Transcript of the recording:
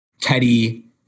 Teddy